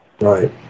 Right